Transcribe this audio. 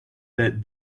that